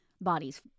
bodies